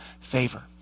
favor